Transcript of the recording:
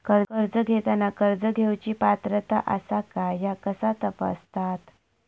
कर्ज घेताना कर्ज घेवची पात्रता आसा काय ह्या कसा तपासतात?